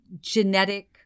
genetic